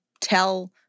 tell